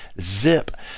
Zip